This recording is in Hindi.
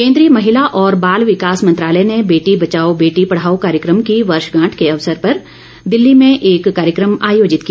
केन्द्रीय महिला और बाल विकास मंत्रालय ने बेटी बचाओ बेटी पढ़ाओ कार्यक्रम की वर्षगांठ के अवसर पर दिल्ली में एक कार्यक्रम आयोजित किया